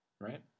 right